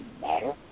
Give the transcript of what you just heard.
matter